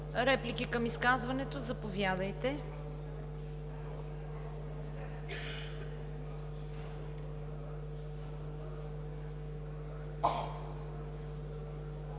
реплики към изказването? Заповядайте,